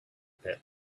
pit